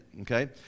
okay